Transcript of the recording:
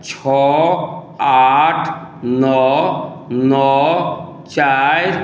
छओ आठ नओ नओ चारि